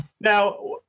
now